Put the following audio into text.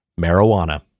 marijuana